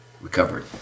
recovered